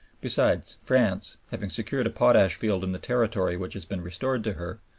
besides, france, having secured a potash field in the territory which has been restored to her,